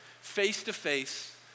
face-to-face